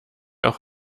auch